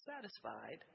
satisfied